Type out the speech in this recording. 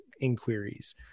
inquiries